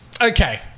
Okay